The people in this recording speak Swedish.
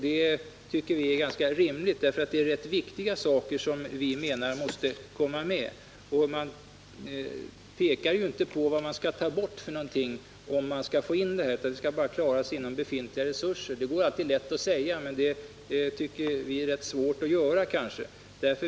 Det tycker vi är rimligt, för det är viktiga saker vi menar måste komma med. Regeringen pekar inte på vad som skall tas bort för att få utrymme för detta utan det skall bara klaras med befintliga resurser. Det går alltid lätt att säga men det är svårt att klara.